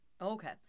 Okay